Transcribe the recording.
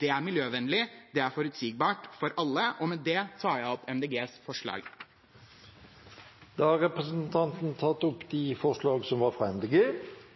det er miljøvennlig, og det er forutsigbart for alle. Med det tar jeg opp forslaget Miljøpartiet De Grønne har sammen med Kristelig Folkeparti,